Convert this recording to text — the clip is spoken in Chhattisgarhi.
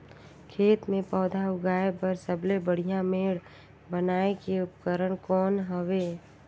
खेत मे पौधा उगाया बर सबले बढ़िया मेड़ बनाय के उपकरण कौन हवे?